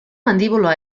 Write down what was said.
mandíbula